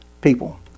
people